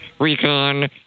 Recon